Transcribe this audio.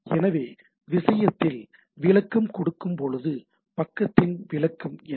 எனவே விஷயத்தில் விளக்கம் கொடுக்கப்படும்போது படத்தின் விளக்கம் என்ன